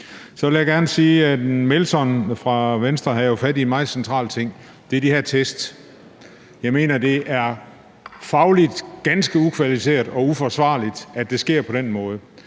Så vil jeg gerne sige, at Christoffer Aagaard Melson har Venstre jo havde fat i en meget central ting, og det er de her test. Jeg mener, at det er fagligt ganske ukvalificeret og uforsvarligt, at det sker på den måde